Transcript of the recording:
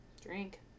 Drink